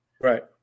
Right